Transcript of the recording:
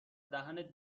دهنت